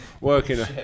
Working